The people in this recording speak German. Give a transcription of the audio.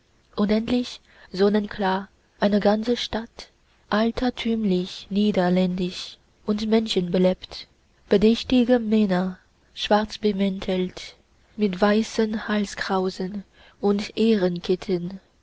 und endlich sonnenklar eine ganze stadt altertümlich niederländisch und menschenbelebt bedächtige männer schwarzbemäntelt mit weißen halskrausen und ehrenketten